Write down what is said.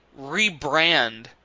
rebrand